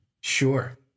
Sure